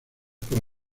por